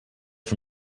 for